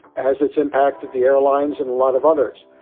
as it's impacted the airlines and a lot of others.